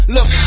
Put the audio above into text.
Look